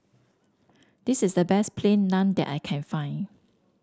this is the best Plain Naan that I can find